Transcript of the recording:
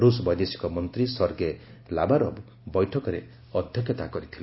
ରୁଷ ବୈଦେଶିକ ମନ୍ତ୍ରୀ ସର୍ଗେ ଲାବରବ ବୈଠକରେ ଅଧ୍ୟକ୍ଷତା କରିଥିଲେ